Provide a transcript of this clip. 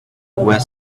were